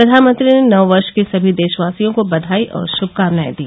प्रधानमंत्री ने नव वर्ष की सभी देशवासियों को बधाई और श्भकामनाएं दी